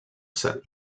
cel